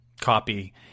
copy